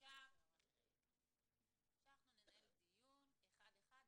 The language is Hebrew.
עכשיו אנחנו ננהל דיון אחד אחד.